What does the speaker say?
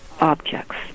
objects